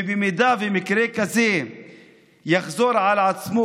ואם מקרה כזה יחזור על עצמו,